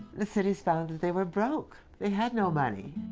the city found that they were broke. they had no money.